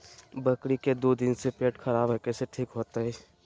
बकरी के दू दिन से पेट खराब है, कैसे ठीक होतैय?